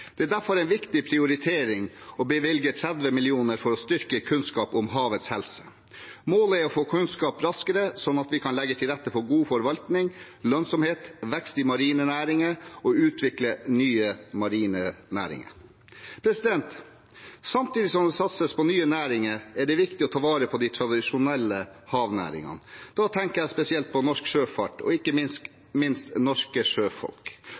Det er derfor en viktig prioritering å bevilge 30 mill. kr for å styrke kunnskapen om havets helse. Målet er å få kunnskap raskere, sånn at vi kan legge til rette for god forvalting, lønnsomhet, vekst i marine næringer og utvikle nye marine næringer. Samtidig som det satses på nye næringer, er det er viktig å ta vare på de tradisjonelle havnæringene. Da tenker jeg spesielt på norsk sjøfart og ikke minst på norske sjøfolk